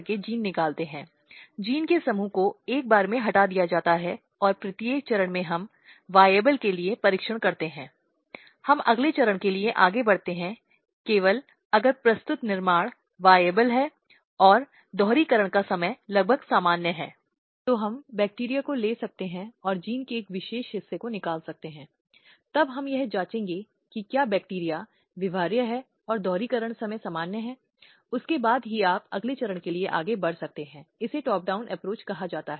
और कहीं न कहीं जिसने उसे बिगाड़ दिया है और कहीं न कहीं उसकी पूरी जिंदगी बर्बाद कर दी है तो आप जानते हैं एक या दूसरे तरीके से अक्षम होने के रूप में उसके काम करने की संभावना उसकी शिक्षा आदि की संभावना पूरी प्रक्रिया में प्रभावित होती है